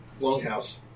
longhouse